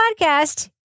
podcast